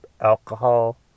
alcohol